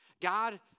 God